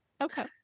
Okay